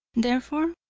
therefore,